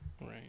Right